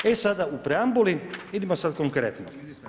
E sada u preambuli, idemo sad konkretno.